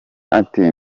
ati